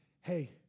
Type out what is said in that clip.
hey